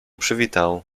przywitał